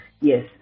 Yes